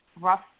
Rough